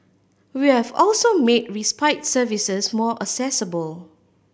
we have also made respite services more accessible